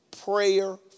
prayer